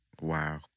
Wow